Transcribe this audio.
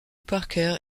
barker